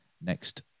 next